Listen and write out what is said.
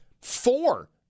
four